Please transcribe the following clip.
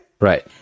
Right